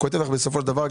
וגם בסופו של דבר,